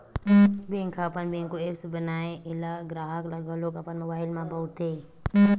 bank ह अपन bank के ऐप्स बनाए हे एला गराहक ह घलोक अपन मोबाइल म बउरथे